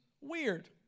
weird